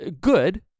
good